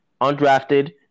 undrafted